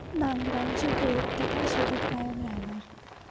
नांगराची उपयुक्तता शेतीत कायम राहणार